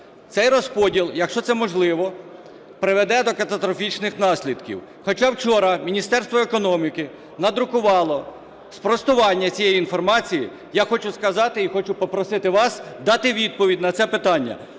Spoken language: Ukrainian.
Цей розподіл, якщо це можливо, приведе до катастрофічних наслідків. Хоча вчора Міністерство економіки надрукувало спростування цієї інформації. Я хочу сказати і хочу попросити вас дати відповідь на це питання.